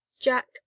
Jack